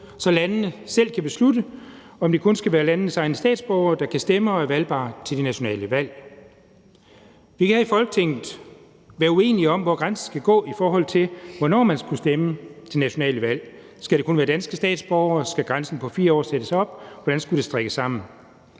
så landene selv kan beslutte, om det kun skal være landenes egne statsborgere, der kan stemme og er valgbare til de nationale valg. Vi kan i Folketinget være uenige om, hvor grænsen skal gå, i forhold til hvornår man skal kunne stemme til nationale valg. Skal det kun være danske statsborgere? Skal grænsen på 4 år sættes op? Hvordan skulle det strikkes sammen?